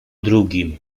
drugim